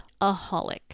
a-holic